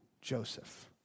Joseph